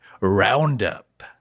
roundup